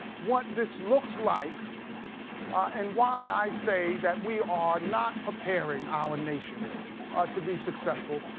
what this looks like and why i say that we are not preparing our nation to be successful,